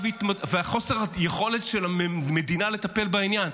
וחוסר היכולת של מדינה לטפל בעניין.